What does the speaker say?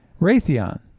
Raytheon